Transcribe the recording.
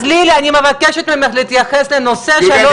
אז, לילי, אני מבקשת ממך להתייחס לנושא שלוש דקות.